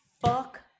Fuck